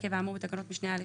עקב האמור בתקנות משנה א.